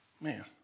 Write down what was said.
Man